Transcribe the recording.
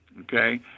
okay